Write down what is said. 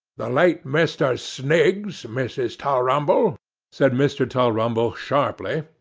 the late mr. sniggs, mrs. tulrumble said mr. tulrumble sharply,